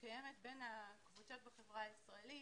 שקיימת בין הקבוצות בחברה הישראלית.